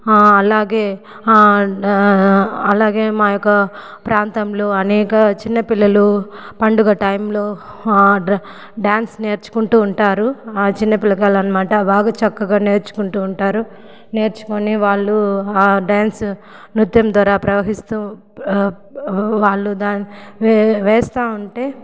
అలాగే అలాగే మా యొక్క ప్రాంతంలో అనేక చిన్న పిల్లలు పండుగ టైంలో డా డ్యాన్స్ నేర్చుకుంటూ ఉంటారు ఆ చిన్న పిల్లకాయలు అనమాట బాగా చక్కగా నేర్చుకుంటూ ఉంటారు నేర్చుకుని వాళ్ళు ఆ డ్యాన్స్ నృత్యం ద్వారా ప్రవహిస్తూ ప వాళ్లు దాన్ని వే వేస్తూ ఉంటే